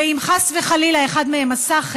ואם חס וחלילה אחד מהם עשה כן,